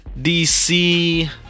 dc